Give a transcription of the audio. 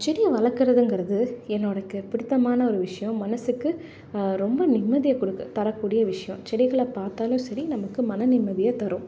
செடியை வளர்க்கறதுங்கறது என்னோடக்கு பிடித்தமான ஒரு விஷயம் மனதுக்கு ரொம்ப நிம்மதியை கொடுக்க தரக்கூடிய விஷயம் செடிகளை பார்த்தாலும் சரி நமக்கு மன நிம்மதியை தரும்